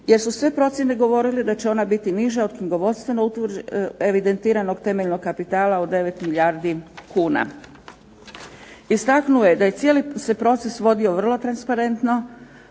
jer su sve procjene govorile da će ona biti niža od knjigovodstveno evidentiranog temeljnog kapitala od 9 milijardi kuna. Istaknuo je da se cijeli proces vodio vrlo transparentno